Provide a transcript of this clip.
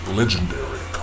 legendary